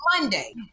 Monday